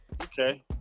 okay